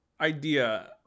idea